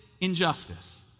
injustice